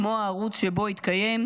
כמו הערוץ שבו התקיים,